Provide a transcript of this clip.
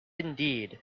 indeed